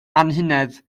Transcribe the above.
anhunedd